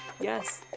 yes